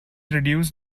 reduce